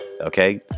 okay